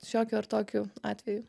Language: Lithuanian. šiokiu ar tokiu atveju